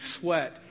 sweat